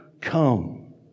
come